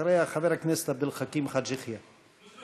אחריה, חבר הכנסת עבד אל חכים חאג' יחיא.